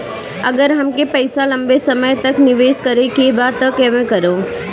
अगर हमके पईसा लंबे समय तक निवेश करेके बा त केमें करों?